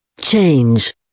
Change